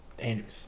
Dangerous